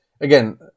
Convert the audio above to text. again